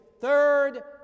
third